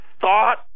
thought